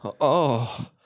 oh-